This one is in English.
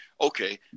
Okay